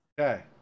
Okay